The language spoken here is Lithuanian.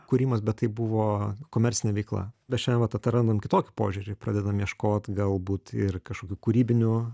kūrimas bet tai buvo komercinė veikla bet šiandien vat atrandam kitokį požiūrį pradedam ieškot galbūt ir kažkokių kūrybinių